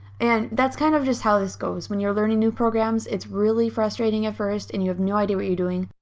and that's kind of just how this goes when you're learning new programs. it's really frustrating at first, and you have no idea what you're doing,